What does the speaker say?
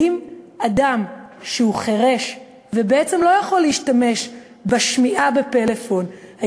האם אדם שהוא חירש ובעצם לא יכול להשתמש בפלאפון בשמיעה,